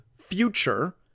future